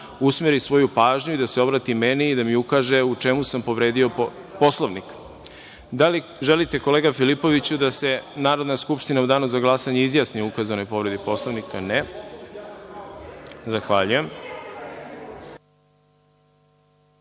usmeri svoju pažnju i da se obrati meni, da mi ukaže u čemu sam povredio Poslovnik. Da li želite, kolega Filipoviću, da se Narodna skupština u danu za glasanje izjasni o ukazanoj povredi Poslovnika? (Ne)(Radoslav